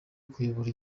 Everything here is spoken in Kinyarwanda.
kuyobora